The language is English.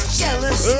jealous